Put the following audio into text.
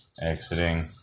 Exiting